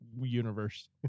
universe